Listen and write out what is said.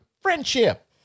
Friendship